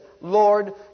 Lord